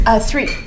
Three